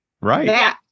Right